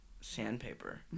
sandpaper